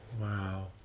Wow